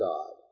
God